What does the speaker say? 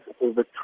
over